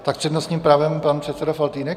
Tak s přednostním právem pan předseda Faltýnek.